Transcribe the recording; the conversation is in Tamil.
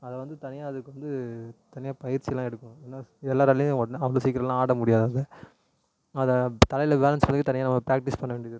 அதை வந்து தனியாக அதுக்கு வந்து தனியாக பயிற்சியெலாம் எடுக்கணும் எல்லாம் எல்லோராலையும் உடனே வந்து அவ்வளோ சீக்கிரல்லாம் ஆட முடியாது அதை அதை தலையில் பேலன்ஸ் பண்ணவே தனியாக நம்ம ப்ராக்டீஸ் பண்ண வேண்டியது இருக்கும்